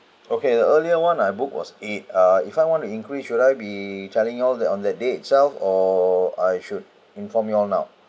okay the earlier [one] I booked was eight uh if I want to increase should I be telling you all that on that day itself or I should inform you all now